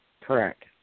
Correct